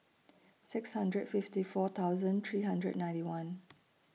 six hundred fifty four thousand three hundred ninety one